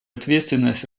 ответственность